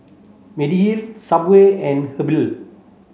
Mediheal Subway and Habhal